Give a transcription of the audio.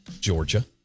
Georgia